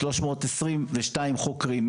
322 חוקרים,